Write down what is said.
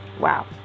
Wow